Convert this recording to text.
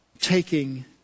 taking